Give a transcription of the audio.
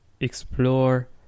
explore